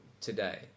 today